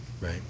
Right